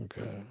okay